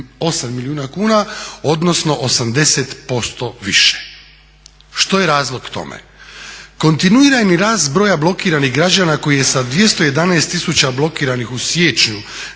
58 milijuna kuna, odnosno 80% više. Što je razlog tome? Kontinuirani rast broja blokiranih građana koji je sa 211 tisuća blokiranih u siječnju